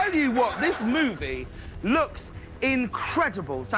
um you what, this movie looks incredible,